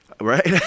Right